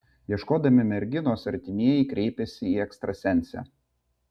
ieškodami merginos artimieji kreipėsi į ekstrasensę